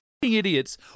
idiots